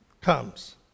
comes